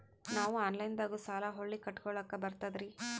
ನಾವು ಆನಲೈನದಾಗು ಸಾಲ ಹೊಳ್ಳಿ ಕಟ್ಕೋಲಕ್ಕ ಬರ್ತದ್ರಿ?